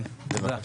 כן תודה.